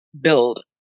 build